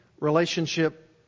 relationship